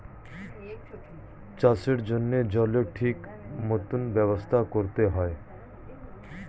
চাষের জন্য জলের ঠিক মত ব্যবস্থা করতে হয়